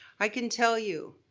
i can tell you,